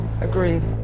agreed